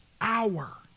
hour